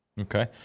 Okay